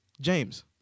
James